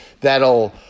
that'll